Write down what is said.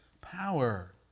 power